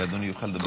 ואדוני יוכל לדבר,